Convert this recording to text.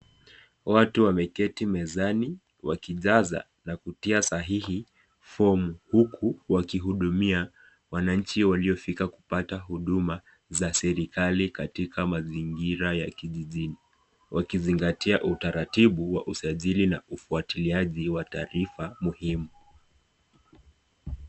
Watu wameketi mezani wakijaza na kutia sahihi fomu, huku wakihudumia wananchi waliofika kupata huduma za serikali katika mazingira ya kijijini, wakizingatia utaratibu wa usajili na ufuatiliaji wa taarifa muhimu.